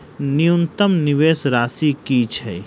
न्यूनतम निवेश राशि की छई?